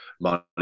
money